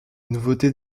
nouveauté